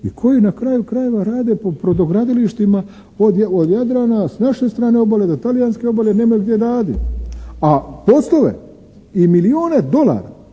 i koji na kraju krajeva rade po brodogradilištima od Jadrana s naše strane obale do talijanske obale jer nemaju gdje raditi. A poslove i milijune dolara